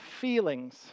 feelings